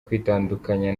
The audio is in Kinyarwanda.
kwitandukanya